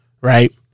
right